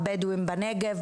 הבדואים בנגב,